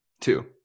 Two